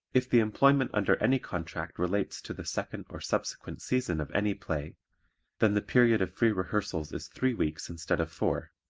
if the employment under any contract relates to the second or subsequent season of any play then the period of free rehearsals is three weeks instead of four,